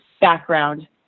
background